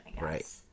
Right